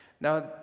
Now